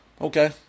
okay